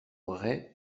rey